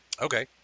Okay